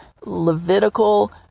Levitical